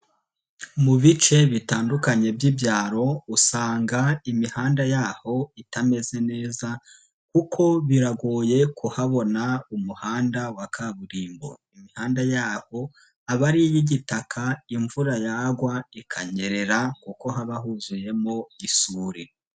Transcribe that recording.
Mu bice bitandukanye by'ibyaro usanga imihanda yaho itameze neza kuko biragoye kuhabona umuhanda wa kaburimbo, imihanda yaho aba ari iy'igitaka imvura yagwa ikanyerera kuko haba huzuyemo isuri.